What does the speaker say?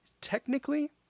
Technically